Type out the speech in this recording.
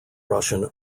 russian